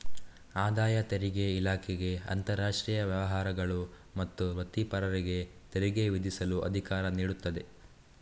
ಆದಾಯ ತೆರಿಗೆ ಇಲಾಖೆಗೆ ಅಂತರಾಷ್ಟ್ರೀಯ ವ್ಯವಹಾರಗಳು ಮತ್ತು ವೃತ್ತಿಪರರಿಗೆ ತೆರಿಗೆ ವಿಧಿಸಲು ಅಧಿಕಾರ ನೀಡುತ್ತದೆ